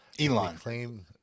Elon